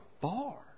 bar